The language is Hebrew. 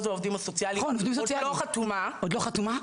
והעובדות הסוציאליות עוד לא חתומה --- עוד לא חתומה?